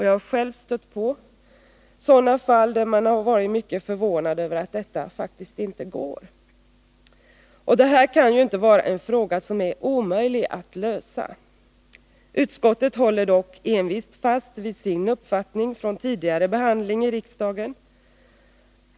Jag har själv mött flera par som har varit mycket förvånade över att det faktiskt inte går att fördela ledigheten. Detta kan inte vara en fråga som är omöjlig att lösa. Utskottet håller dock envist fast vid sin uppfattning från tidigare behandling i riksdagen.